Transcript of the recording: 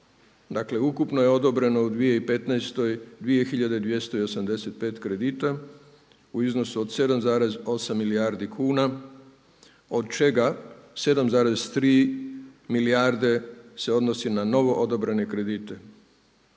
ukupno je odobreno u 2015. 2.285 kredita u iznosu od 7,8 milijardi kuna od čega 7,3 milijarde se odnosi na novo odobrene kredite,